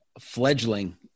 fledgling